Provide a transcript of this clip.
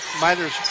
Miner's